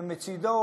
ומצדו